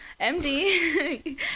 MD